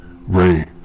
Ray